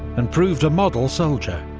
and proved a model soldier,